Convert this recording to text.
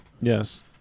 yes